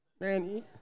man